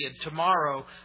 tomorrow